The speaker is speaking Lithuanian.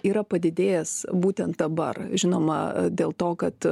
yra padidėjęs būtent dabar žinoma dėl to kad